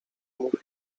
mówi